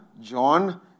John